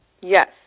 Yes